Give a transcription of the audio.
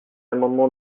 amendement